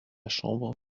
chambre